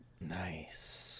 nice